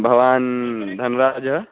भवान् धन्राजः